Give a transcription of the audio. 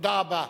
תודה רבה.